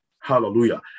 Hallelujah